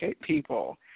people